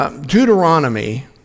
Deuteronomy